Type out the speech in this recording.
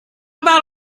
about